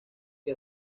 que